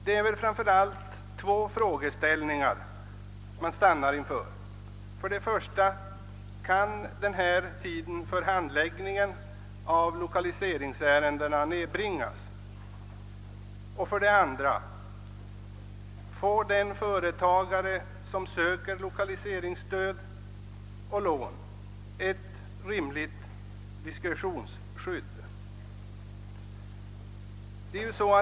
Det är framför allt två frågeställningar man stannar inför: 1. Kan tiden för handläggning av lokaliseringsärendena nedbringas? 2. Får den företagare som söker lokaliseringsstöd och lån ett rimligt diskretionsskydd?